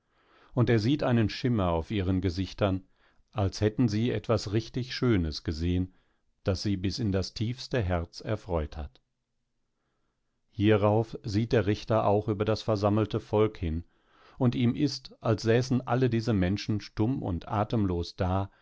und er sieht einen schimmer auf ihren gesichtern als hätten sie etwas richtig schönes gesehen das sie bis in das tiefste herz erfreut hat hierauf sieht der richter auch über das versammelte volk hin und ihm ist als säßen alle diese menschen stumm und atemlos da